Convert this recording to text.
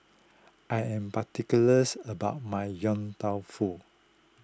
I am particulars about my Yong Tau Foo